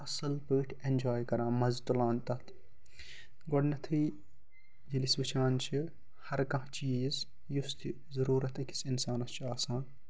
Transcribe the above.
اَصٕل پٲٹھۍ اٮ۪نجاے کران مَزٕ تُلان تَتھ گۄڈٕنٮ۪تھٕے ییٚلہِ أسۍ وٕچھان چھِ ہر کانٛہہ چیٖز یُس تہِ ضروٗرَتھ أکِس اِنسانَس چھِ آسان